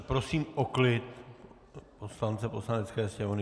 Prosím o klid poslance Poslanecké sněmovny.